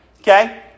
Okay